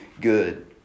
good